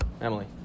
Emily